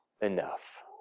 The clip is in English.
enough